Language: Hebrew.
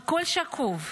הכול שקוף,